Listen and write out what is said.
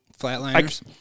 Flatliners